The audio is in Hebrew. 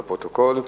לפרוטוקול.